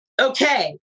Okay